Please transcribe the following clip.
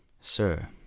Sir